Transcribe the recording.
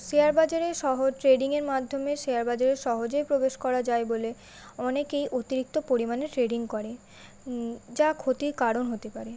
share বাজারে সহজ ট্রেডিংয়ের মাধ্যমে শেয়ার বাজারে সহজেই প্রবেশ করা যায় বলে অনেকেই অতিরিক্ত পরিমাণে ট্রেডিং করে যা ক্ষতির কারণ হতে পারে